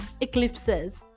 eclipses